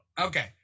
Okay